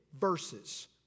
verses